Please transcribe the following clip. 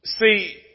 See